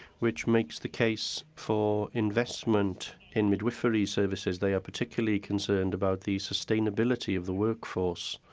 which makes the case for investment in midwifery services. they are particularly concerned about the sustainability of the workforce.